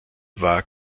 war